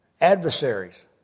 adversaries